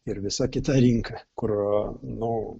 ir visa kita rinka kur nu